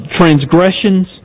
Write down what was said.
transgressions